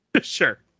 Sure